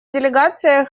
делегация